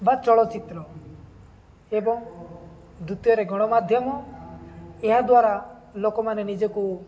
ବା ଚଳଚ୍ଚିତ୍ର ଏବଂ ଦ୍ଵିତୀୟରେ ଗଣମାଧ୍ୟମ ଏହାଦ୍ୱାରା ଲୋକମାନେ ନିଜକୁ